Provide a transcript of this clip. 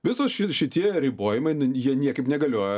visos ši šitie ribojimai jie niekaip negalioja